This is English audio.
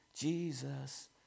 Jesus